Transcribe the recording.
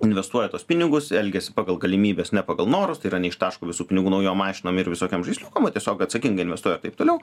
investuoja tuos pinigus elgiasi pagal galimybes ne pagal norus tai yra neištaško visų pinigų naujom mašinom ir visokiem žaisliukam o tiesiog atsakingai investuoja ir taip toliau